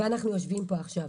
ואנחנו יושבים פה עכשיו.